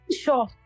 sure